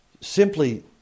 simply